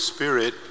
Spirit